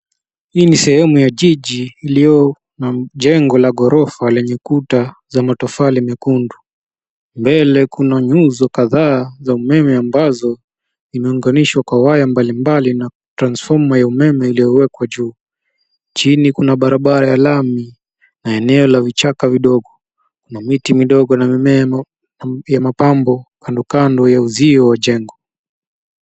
Hii ni sehemu ya jiji iliyo na jengo la ghorofa lenye kuta za matofali nyekundu mbele kunanyuzo kadhaa za umeme ambazo imeunganishwa kwa waya mbalimbali na transformer ya umeme iliyowekwa juu, chini kuna barabara ya lami na eneo la vichaka vidogo, kuna miti midogo na mimea ya mapambo kando kando ya uzio wa jengo.